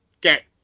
get